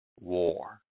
war